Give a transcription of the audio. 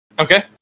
Okay